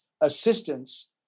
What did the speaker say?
assistance